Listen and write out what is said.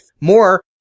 More-